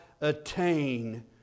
attain